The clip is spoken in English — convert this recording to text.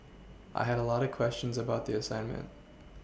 I had a lot of questions about the assignment